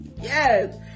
Yes